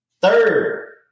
Third